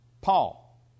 Paul